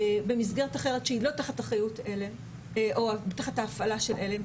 במסגרת אחרת שהיא לא תחת ההפעלה של על"ם,